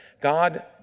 God